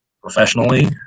Professionally